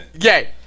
Yay